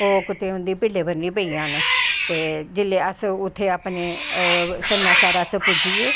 ओह् कुतै उंदी भिड्डें पर नी पेई जान ते जिसलै अस उत्थें अपनें सनासर अस पुज्जी गे